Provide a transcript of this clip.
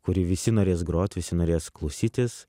kurį visi norės grot visi norės klausytis